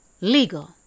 legal